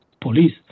police